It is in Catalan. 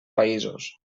països